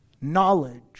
knowledge